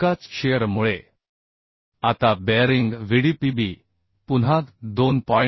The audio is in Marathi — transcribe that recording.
एकाच शिअर मुळे आता बेअरिंग Vdpb पुन्हा 2